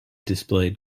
displayed